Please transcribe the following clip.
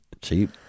cheap